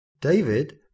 David